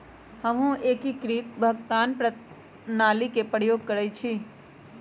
हमहु एकीकृत भुगतान प्रणाली के प्रयोग करइछि